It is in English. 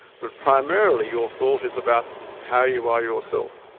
but primarily your thought is about how you are yourself.